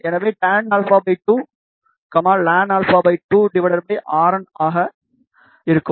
எனவே tan α 2 Ln 2 Rn ஆக இருக்கும்